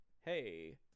hey